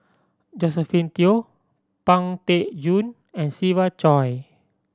Josephine Teo Pang Teck Joon and Siva Choy